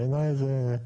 בעיני זה,